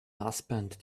husband